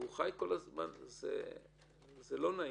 זה לא נעים.